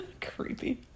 Creepy